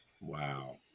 Wow